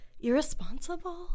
irresponsible